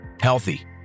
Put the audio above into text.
healthy